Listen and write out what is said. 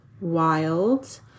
wild